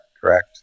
correct